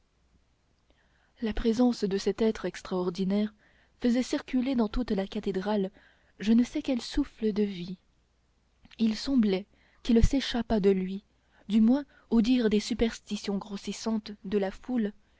la présence de cet être extraordinaire faisait circuler dans toute la cathédrale je ne sais quel souffle de vie il semblait qu'il s'échappât de lui du moins au dire des superstitions grossissantes de la foule